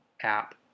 app